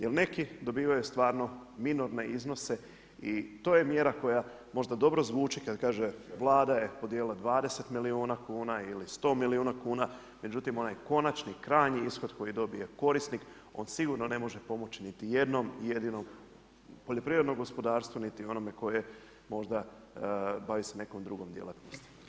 Jer neki dobivaju stvarno minorne iznose i to je mjera koja možda dobro zvuči kada kaže Vlada je podijelila 20 milijuna kuna ili 100 milijuna kuna međutim onaj konačni krajnji ishod koji dobije korisnik on sigurno ne može pomoći niti jednom jedinom poljoprivrednom gospodarstvu niti onom koji možda bavi se nekom drugom djelatnosti.